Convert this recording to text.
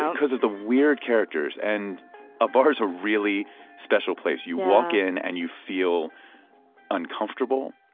um because of the weird characters. and a bar is a really special place. you walk in, and you feel uncomfortable.